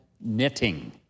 knitting